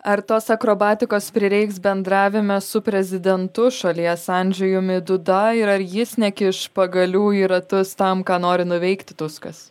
ar tos akrobatikos prireiks bendravime su prezidentu šalies andžejumi duda ir ar jis nekiš pagalių į ratus tam ką nori nuveikti tuskas